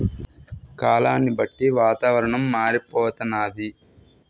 కాలాన్ని బట్టి వాతావరణం మారిపోతన్నాది